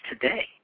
today